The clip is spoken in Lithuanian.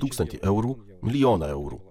tūkstantį eurų milijoną eurų